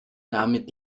damit